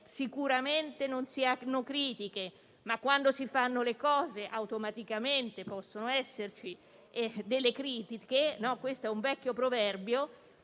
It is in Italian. sicuramente non si hanno critiche, ma quando si fanno le cose automaticamente possono esserci delle critiche, come insegna un vecchio proverbio),